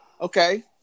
Okay